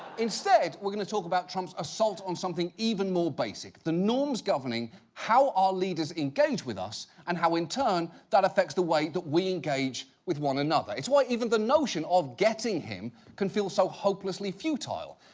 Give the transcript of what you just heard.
instead, we're going to talk about trump's assault on something even more basic, the norms governing how our leaders engage with us, and how in turn, that affects the way that we engage with one another. it's why even the notion of getting him can feel so hopelessly futile.